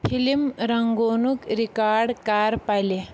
film رنگونُک record کر پَلے